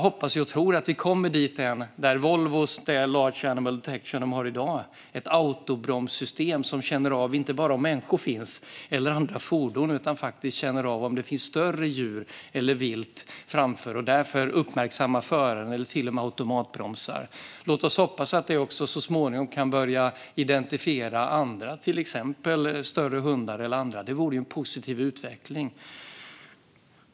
Volvos Large Animal Detection är i dag ett autobromssystem som känner av inte bara om det finns människor eller andra fordon framför bilen utan också om det finns större djur eller vilt och som därför uppmärksammar föraren på detta eller till och med automatbromsar. Jag hoppas och tror att vi kommer dithän att systemet också kan börja identifiera annat, till exempel större hundar. Det vore en positiv utveckling.